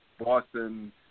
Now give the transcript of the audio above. Boston